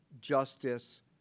justice